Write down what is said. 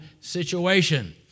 situation